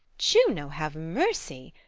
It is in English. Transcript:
juno have mercy!